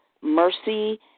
mercy